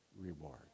reward